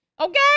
Okay